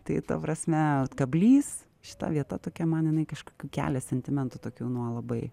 tai ta prasme kablys šita vieta tokia man jinai kažkokių kelia sentimentų tokių nuo labai